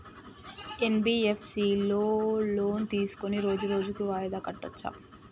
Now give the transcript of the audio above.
NBFS లో loan తీస్కొని రోజు రోజు వాయిదా కట్టచ్ఛా?